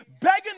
Begging